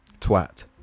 twat